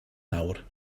nawr